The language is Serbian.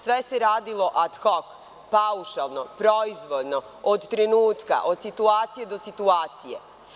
Sve se radilo ad hok, paušalno, proizvoljno, od trenutka, od situacije do situacije.